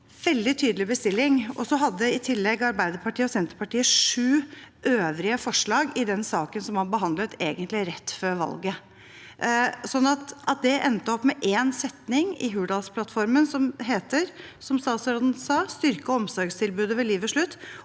veldig tydelig bestilling. I tillegg hadde Arbeiderpartiet og Senterpartiet sju øvrige forslag i den saken man behandlet rett før valget. Så at det endte opp med én setning i Hurdalsplattformen som lyder, som statsråden sa, «styrke omsorgstilbudet ved livets slutt